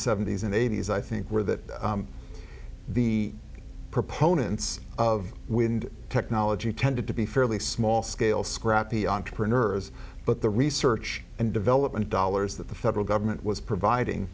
seventy's and eighty's i think were that the proponents of wind technology tended to be fairly small scale scrappy entrepreneurs but the research and development dollars that the federal government was providing